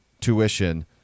tuition